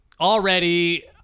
already